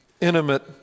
intimate